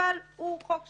אבל הוא חוק שאומר: